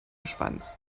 schwanz